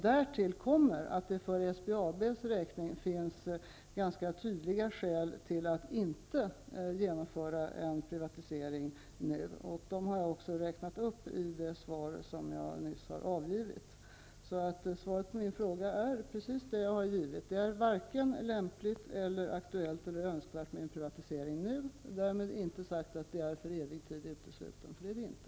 Därtill kommer att det för SPAB:s räkning finns ganska tydliga skäl för att inte genomföra en privatisering nu. Jag har också räknat upp dem i det svar som jag nyss har avgivit. Svaret på frågan är precis det jag har givit. Det är varken lämpligt, aktuellt eller önskvärt med en privatisering nu. Därmed inte sagt att det är för evig tid uteslutet. Det är det inte.